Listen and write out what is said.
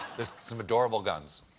some adorable gun.